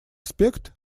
аспект